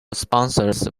sponsors